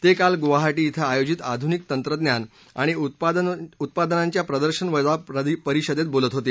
ते काल गुवाहा कें आयोजित आधुनिक तंत्रज्ञान आणि उत्पादनांच्या प्रदर्शनक्जा परिषदेत बोलत होते